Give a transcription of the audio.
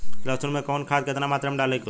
लहसुन में कवन खाद केतना मात्रा में डाले के होई?